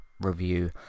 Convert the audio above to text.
review